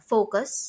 Focus